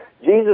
Jesus